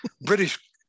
british